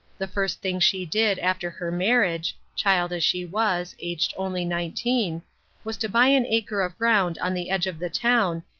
the first thing she did, after her marriage child as she was, aged only nineteen was to buy an acre of ground on the edge of the town,